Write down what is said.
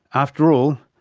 after all,